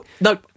No